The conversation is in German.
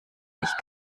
ich